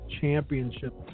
championship